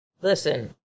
listen